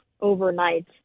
overnight